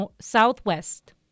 Southwest